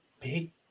big